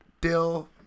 dill